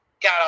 got